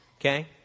Okay